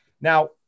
Now